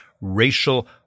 racial